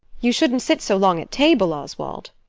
you shouldn't sit so long at table, oswald.